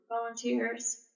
volunteers